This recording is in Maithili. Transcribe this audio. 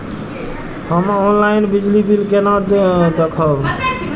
हम ऑनलाईन बिजली बील केना दूखमब?